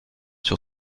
sur